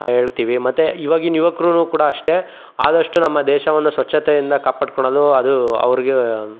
ಹೇಳ್ತೀವಿ ಮತ್ತು ಇವಾಗಿನ ಯುವಕರು ಕೂಡ ಅಷ್ಟೇ ಆದಷ್ಟು ನಮ್ಮ ದೇಶವನ್ನು ಸ್ವಚ್ಚತೆಯಿಂದ ಕಾಪಾಡ್ಕೋಳೋದು ಅದು ಅವರಿಗೆ